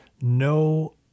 no